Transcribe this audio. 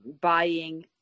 buying